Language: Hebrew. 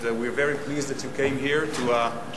We are very pleased that you came here to join